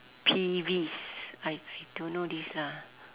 peeves I don't know this lah